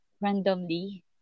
randomly